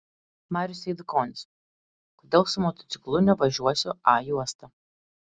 marius eidukonis kodėl su motociklu nevažiuosiu a juosta